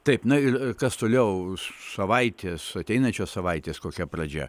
taip na ir kas toliau už savaitės ateinančios savaitės kokia pradžia